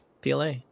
PLA